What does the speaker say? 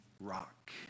rock